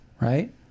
right